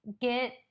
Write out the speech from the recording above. get